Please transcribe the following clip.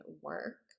work